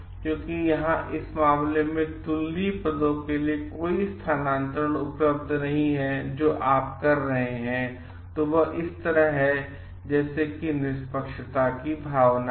क्योंकि यहाँ इस मामले में तुलनीय पदों के लिए कोई स्थानान्तरण उपलब्ध नहीं है तो आप जो कर रहे हैं वह इस तरह है जैसा कि निष्पक्षता की भावना है